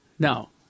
No